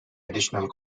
additional